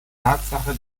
tatsache